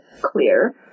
clear